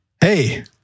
hey